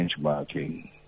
benchmarking